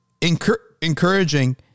encouraging